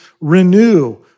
renew